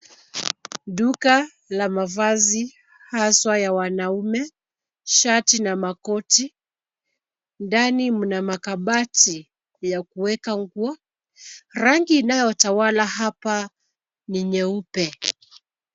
Duka la mavazi haswa ya wanaume, shati na makoti. Ndani mna makabati ya kuweke nguo. Rangi inayotawala hapa ni nyeupe.